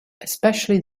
especially